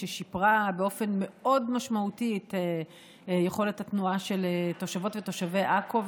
ששיפרה באופן מאוד משמעותי את יכולת התנועה של תושבות ותושבי עכו.